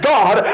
God